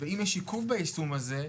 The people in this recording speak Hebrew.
ואם יש עיכוב ביישום הזה,